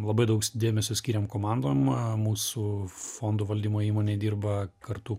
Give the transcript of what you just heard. labai daug dėmesio skiriam komandom mūsų fondo valdymo įmonė dirba kartu